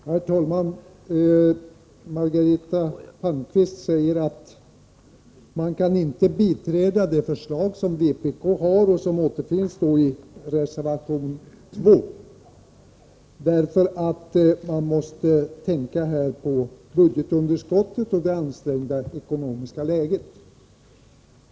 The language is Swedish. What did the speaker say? Herr talman! Margareta Palmqvist säger att man inte kan biträda det förslag som vpk har, och som återfinns i reservation 2, därför att man måste tänka på budgetunderskottet och det ansträngda ekonomiska läget.